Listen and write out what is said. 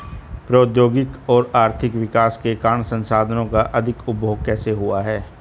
प्रौद्योगिक और आर्थिक विकास के कारण संसाधानों का अधिक उपभोग कैसे हुआ है?